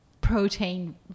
protein